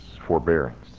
forbearance